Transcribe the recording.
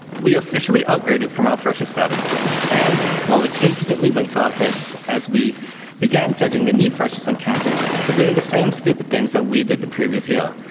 we officially upgraded from our freshest status and well it instantly went to our heads as we began judging the new freshers on campus for doing the same stupid things that we did the previous year,